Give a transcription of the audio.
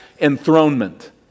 Enthronement